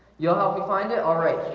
yo, how we find it. alright?